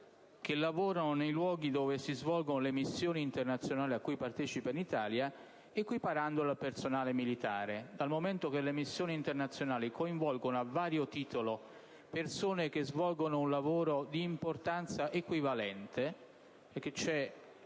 stesse zone in cui si svolgono le missioni internazionali alle quali partecipa l'Italia equiparandolo al personale militare, dal momento che le missioni internazionali coinvolgono a vario titolo persone che svolgono un lavoro di importanza equivalente. A fianco